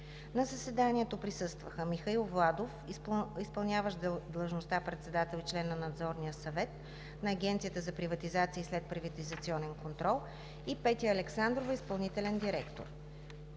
На заседанието присъстваха: Михаил Владов – изпълняващ длъжността председател и член на Надзорния съвет на Агенцията за приватизация и следприватизационен контрол; и Петя Александрова – изпълнителен директор.